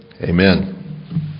Amen